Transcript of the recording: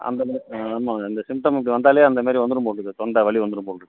அந்த ஆமாம் இந்தந்த சிம்டம் வந்தாலே இந்த மாதிரி வரும் போட்டுதுக்கு தொண்ட வலி வந்துரும் போலிருதுக்கு